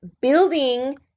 building